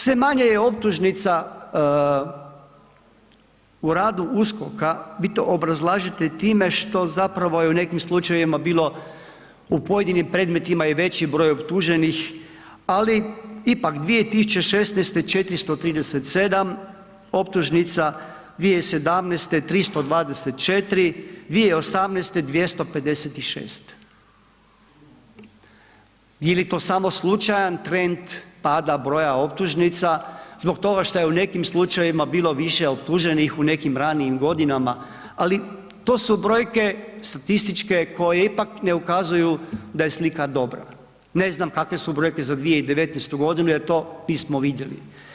Sve manje je optužnica u radu USKOK-a, vi to obrazlažete time što zapravo je u nekim slučajevima bilo u pojedinim predmetima i veći broj optuženih, ali ipak 2016. 437 optužnica, 2017. 324, 2018. 256, je li to samo slučajan trend pada broja optužnica zbog toga šta je u nekim slučajevima bilo više optuženih u nekim ranijim godinama, ali to su brojke statističke koje ipak ne ukazuju da je slika dobra, ne znam kakve su brojke za 2019.g. jer to nismo vidjeli.